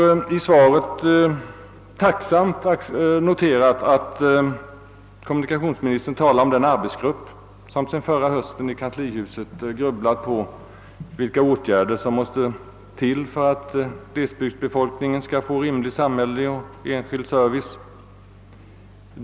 Jag har tacksamt noterat att siatsrådet i svaret nämner den arbetsgrupp som sedan förra hösten i kanslihuset grubblat på vilka åtgärder som måste till för att glesbygdsbefolkningen skall få rimlig samhällelig och enskild service.